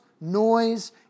noise